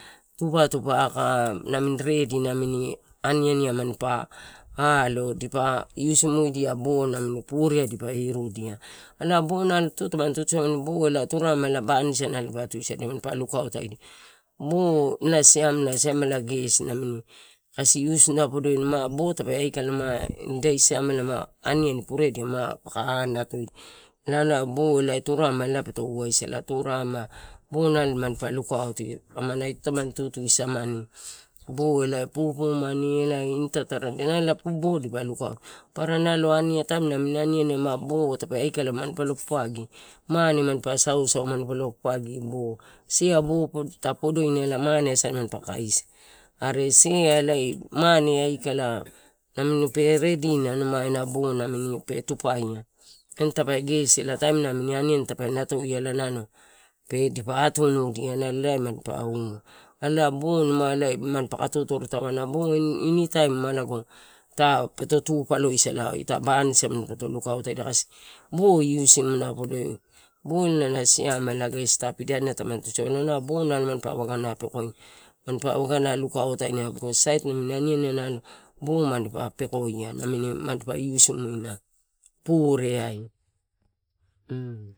Tupa tupa aka nami redi nami ani ani ai manpa alo dipa iusimudia, bo namini pure ai dipa irudia aloi bo itoi tamani tutu samani. Turarema ena banisia dipa tusadia, nalo manpa lukautaidia bo na siamela gesi kasi iusi podoi, bo tape lukaia ida siamela, ma ani ani pe anatoalna ela o turarema elae peto wasala. Turarema nalo manpa lukauto tamani tutu sa-mani bo elae pupumani elae ini taratara dia elae bo dipa lukauto, are nalo taim nami ani ani ai mar bo tape aikala manpa lo papudi, mane manpa sausau bo manpa lo papadi bo, sea bo ta podoina mane asana pa kaisi, are sea elae mane aikala nami pe redina ena bo namini pe tupaia, kain tape gesi, kain taim na tape natoia ela nalo dipa atunudia elae manipa ua. A-bo, ma, manpaka totorutavana initaim uma lago tu pulo isala ito banisia, bo iusimu-ana podoi bo na siamela gesi ita pidani ai alo lai bo manpa liaga lukautaidia, eh sait nami ani ani ai bo manpa pekoia namini pa iusimuina pureai.